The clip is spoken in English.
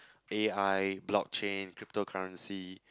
A_I blockchain cryptocurrency